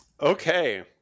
Okay